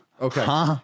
Okay